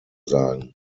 sagen